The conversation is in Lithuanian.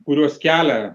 kuriuos kelia